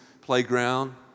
playground